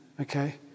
okay